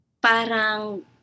parang